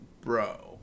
bro